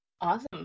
Awesome